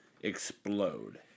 explode